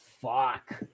fuck